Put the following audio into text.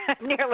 nearly